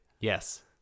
Yes